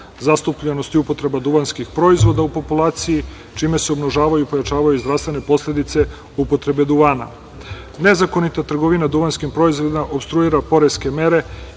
zastupljenost i upotreba duvanskih proizvoda u populaciji, čime se umnožavaju i pojačavaju zdravstvene posledice upotrebe duvana. Nezakonita trgovina duvanskim proizvodima opstruira poreske mere